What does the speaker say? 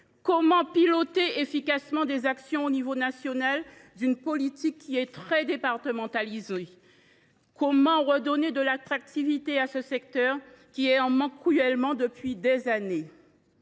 Comment piloter efficacement à l’échelon national les actions d’une politique très départementalisée ? Comment redonner de l’attractivité à ce secteur, qui en manque cruellement depuis des années ?